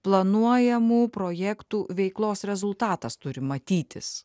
planuojamų projektų veiklos rezultatas turi matytis